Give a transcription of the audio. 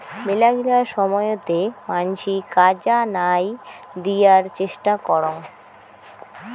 মেলাগিলা সময়তে মানসি কাজা নাই দিয়ার চেষ্টা করং